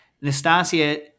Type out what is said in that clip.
Nastasia